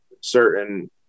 certain